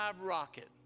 rocket